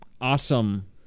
Awesome